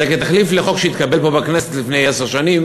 זה כתחליף לחוק שהתקבל פה בכנסת לפני עשר שנים,